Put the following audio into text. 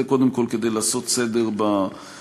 זה קודם כול, כדי לעשות סדר בנתונים.